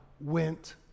went